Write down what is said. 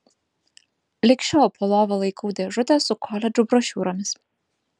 lig šiol po lova laikau dėžutę su koledžų brošiūromis